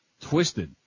twisted